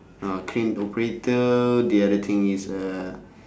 ah crane operator the other things is uh